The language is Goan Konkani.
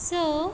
स